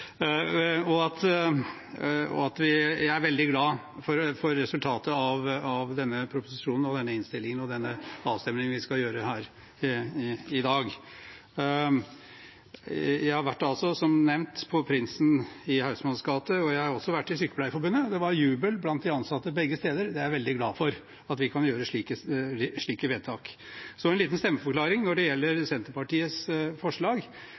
det på den måten, og jeg er veldig glad for resultatet av proposisjonen og innstillingen og den avstemningen vi skal gjøre her i dag. Jeg har som nevnt vært på Prindsen i Hausmannsgate, og jeg har også vært i Sykepleierforbundet. Det var jubel blant de ansatte begge steder, og jeg er veldig glad for at vi kan gjøre slike vedtak. Så en liten stemmeforklaring når det gjelder Senterpartiets forslag: